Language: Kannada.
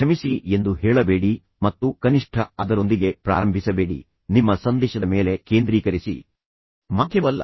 ಕ್ಷಮಿಸಿ ಎಂದು ಹೇಳಬೇಡಿ ಮತ್ತು ಕನಿಷ್ಠ ಅದರೊಂದಿಗೆ ಪ್ರಾರಂಭಿಸಬೇಡಿ ನಿಮ್ಮ ಸಂದೇಶದ ಮೇಲೆ ಕೇಂದ್ರೀಕರಿಸಿ ಮಾಧ್ಯಮವಲ್ಲ